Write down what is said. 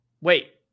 Wait